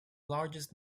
largest